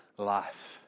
life